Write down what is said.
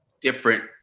different